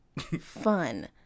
fun